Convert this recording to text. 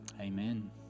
amen